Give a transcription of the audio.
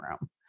room